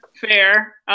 fair